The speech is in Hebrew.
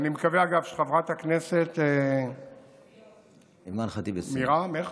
אני מקווה, אגב, שחברת הכנסת מרע"מ, איך?